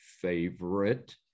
favorite